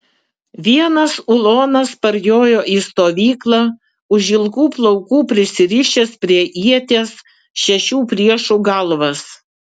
vienas ulonas parjojo į stovyklą už ilgų plaukų prisirišęs prie ieties šešių priešų galvas